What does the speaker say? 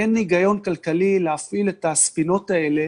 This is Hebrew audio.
אין היגיון כלכלי להפעיל את הספינות האלה